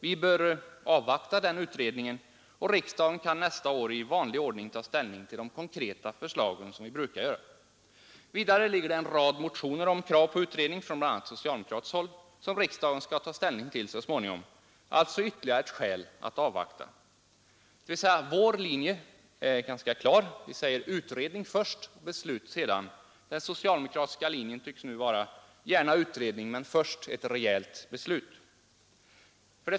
Vi bör avvakta den utredningen, och riksdagen kan nästa år i vanlig ordning ta ställning till de konkreta förslagen. Det föreligger vidare en rad motioner med krav på utredning, bl.a. från socialdemokratiskt håll, som riksdagen skall ta ställning till så småningom. Detta är alltså ytterligare ett skäl för att man skall avvakta. Vår linje är klar. Vi säger: Utredning först, beslut sedan. Den socialdemokratiska linjen tycks nu vara: Gärna utredning men först ett rejält beslut.